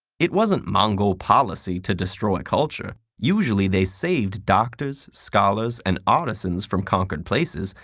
it wasn't mongol policy to destroy culture. usually they saved doctors, scholars and artisans from conquered places,